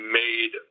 made